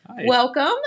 Welcome